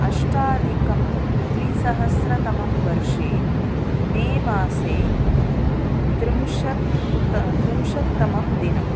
अष्टाधिकं द्विसहस्रतमं वर्षे मे मासे त्रिंशत् त् त्रिंशत्तमं दिनम्